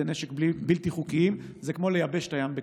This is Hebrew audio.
נשק בלתי חוקיים זה כמו ליבש את הים בכפית.